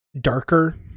darker